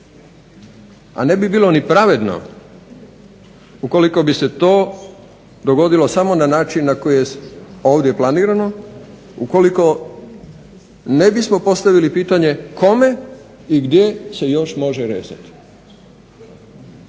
A ne bi bilo ni pravedno ukoliko bi se to dogodilo samo na način na koji je ovdje planirano ukoliko ne bismo postavili pitanje kome i gdje se još može rezati.